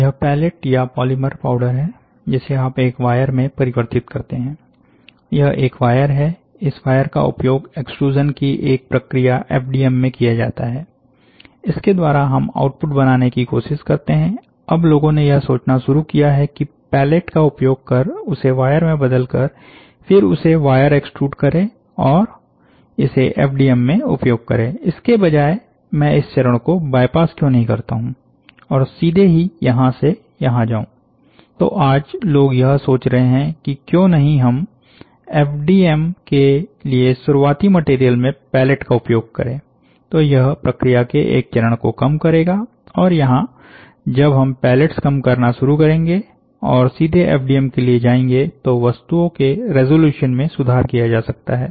यह पैलेट या polymer powder है जिसे आप एक वायर में परिवर्तित करते हैं यह एक वायर है इस वायर का उपयोग एक्सट्रूज़न की एक प्रक्रिया एफडीएम में किया जाता है इसके द्वारा हम आउटपुट बनाने की कोशिश करते हैं अब लोगों ने यह सोचना शुरू किया है कि पैलेट का उपयोग कर उसे वायर में बदलकर फिर उसे वायर एक्स्ट्रूड करें और इसे एफडीएम में उपयोग करें इसके बजाय मैं इस चरण को बाईपास क्यों नहीं करता हूं और सीधे ही यहां से यहां जाऊं तो आज लोग यह सोच रहे हैं कि क्यों नहीं हम एफडीएम के लिए शुरुआती मटेरियल में पैलेट का उपयोग करें तो यह प्रक्रिया के एक चरण को कम करेगा और यहां जब हम पैलेट्स कम करना शुरू करेंगे और सीधे एफडीएम के लिए जाएंगे तो वस्तुओं के रेजोल्यूसन में सुधार किया जा सकता है